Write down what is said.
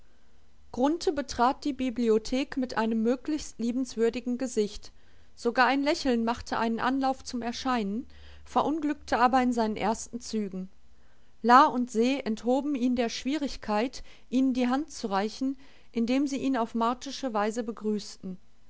betrat die bibliothek mit einem möglichst liebenswürdigen gesicht sogar ein lächeln machte einen anlauf zum erscheinen verunglückte aber in seinen ersten zügen la und se enthoben ihn der schwierigkeit ihnen die hand zu reichen indem sie ihn auf martische weise begrüßten